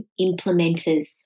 implementers